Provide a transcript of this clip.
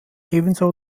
ebenso